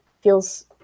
feels